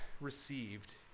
received